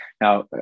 Now